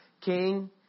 king